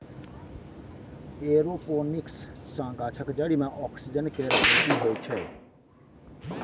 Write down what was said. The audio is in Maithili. एरोपोनिक्स सँ गाछक जरि मे ऑक्सीजन केर पूर्ती होइ छै